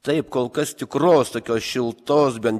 taip kol kas tikros tokios šiltos bent